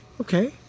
Okay